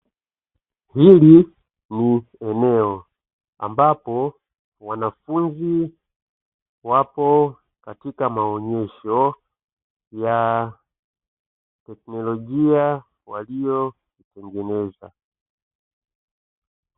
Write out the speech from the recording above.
Hili ni eneo ambapo mwanafunzi wapo katika maonyesho ya teknolojia waliotengeneza.